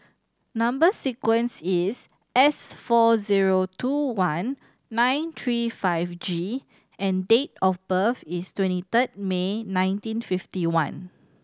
number sequence is S four zero two one nine three five G and date of birth is twenty third May nineteen fifty one